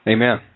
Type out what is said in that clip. Amen